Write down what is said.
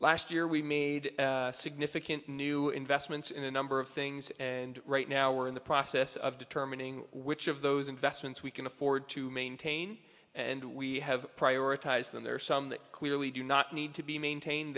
last year we made significant new investments in a number of things and right now we're in the process of determining which of those investments we can afford to maintain and we have prioritized that there are some that clearly do not need to be maintained